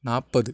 நாற்பது